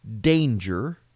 danger